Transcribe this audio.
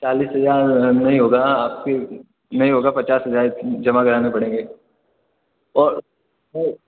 चालीस हजार नहीं होगा आपके नहीं होगा पचास हजार जमा कराने पड़ेंगे और वो